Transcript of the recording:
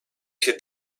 się